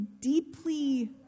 deeply